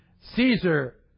Caesar